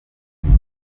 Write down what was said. atuye